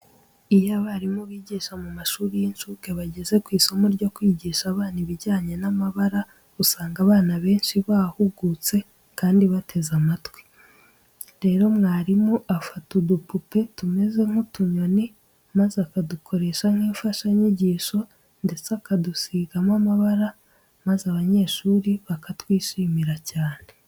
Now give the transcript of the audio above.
Iyo abarimu bigisha mu mashuri y'incuke bageze ku isomo ryo kwigisha abana ibijyanye n'amabara, usanga abana benshi bahugutse kandi bateze amatwi. Rero mwarimu afata udupupe tumeze nk'utunyoni maze akadukoresha nk'imfashanyigisho ndetse akadusigamo amabara maze abanyeshuri bakatwishimira cyane.